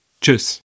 Tschüss